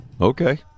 Okay